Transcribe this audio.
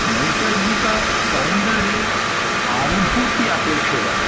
नैसर्गिकसौन्दर्यानुभूतिः अपेक्षया